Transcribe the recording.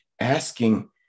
asking